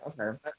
Okay